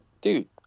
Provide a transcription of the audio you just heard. dude